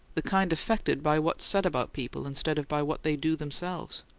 the kind affected by what's said about people instead of by what they do themselves.